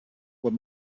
were